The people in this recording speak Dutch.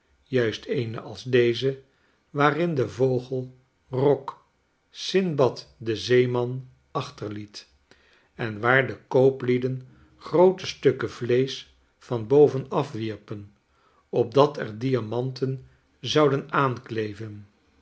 juist eene als deze waarin de vogel roc sinbad den zeeman achterliet en waar de kooplieden groote stukken vleesch van boven afwierpen opdat er de diamanten zouden aankleven